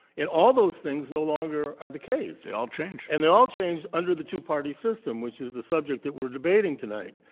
all those things no longer are the case. they all changed. and they all changed under the twoparty system, which is the subject that we're debating tonight.